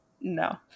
No